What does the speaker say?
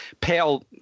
Pale